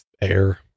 Air